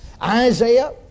Isaiah